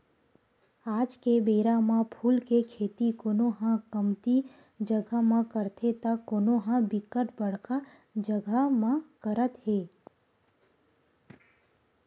आज के बेरा म फूल के खेती कोनो ह कमती जगा म करथे त कोनो ह बिकट बड़का जगा म करत हे